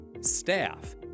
staff